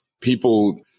people